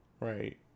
Right